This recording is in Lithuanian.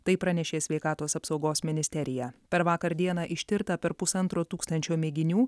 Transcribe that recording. tai pranešė sveikatos apsaugos ministerija per vakar dieną ištirta per pusantro tūkstančio mėginių